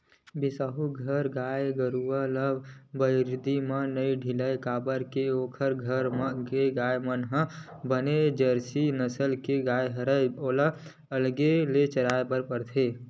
बिसाहू घर गाय गरु ल बरदी म नइ ढिलय काबर के ओखर घर के गाय मन ह बने जरसी नसल के गाय हरय ओला अलगे ले चराय बर होथे